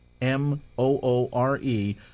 M-O-O-R-E